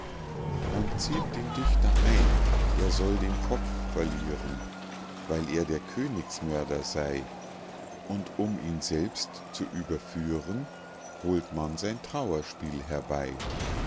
man zieht den dichter ein er soll den kopf verlieren weil er der königsmörder sey und um ihn selbst zu überführen holt man sein trauerspiel herbei